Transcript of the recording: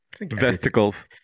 Vesticles